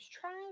trying